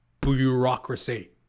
bureaucracy